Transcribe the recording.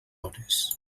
hores